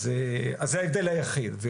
אז זה ההבדל היחיד.